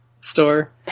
store